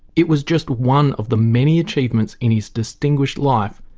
it was just one of the many achievements in his distinguished life.